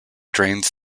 drains